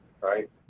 right